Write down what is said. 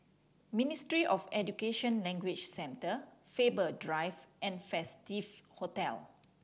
Ministry of Education Language Centre Faber Drive and Festive Hotel